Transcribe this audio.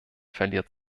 verliert